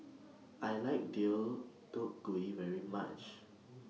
I like Deodeok Gui very much